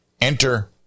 Enter